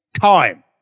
time